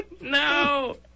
No